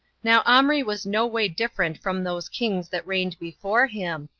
now omri was no way different from those kings that reigned before him,